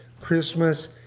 Christmas